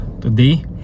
today